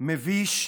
מביש,